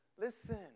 Listen